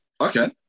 Okay